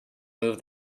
move